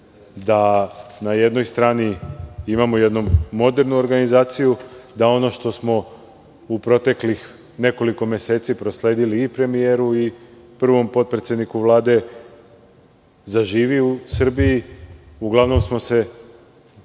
da na jednoj strani imamo jednu modernu organizaciju, da ono što smo u proteklih nekoliko meseci prosledili i premijeru i prvom potpredsedniku Vlade zaživi u Srbiji. Uglavnom smo se